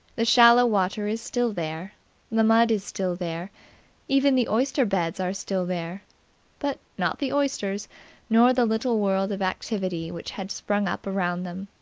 the shallow water is still there the mud is still there even the oyster-beds are still there but not the oysters nor the little world of activity which had sprung up around them.